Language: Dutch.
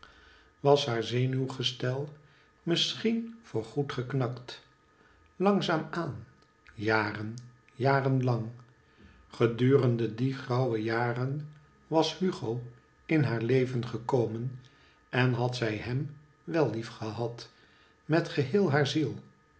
was haar zenuwgestel misschien voor goed geknakt langzaam aan jaren jaren lang gedurende die grauwe jaren was hugo in haar leven gekomen en had zij hem wel lief gehad met geheel haar ziel